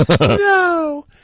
No